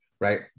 right